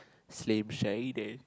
slim shaded